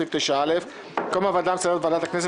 בסעיף 9(א) במקום "הוועדה המסדרת וועדת הכנסת